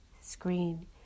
screen